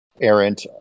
errant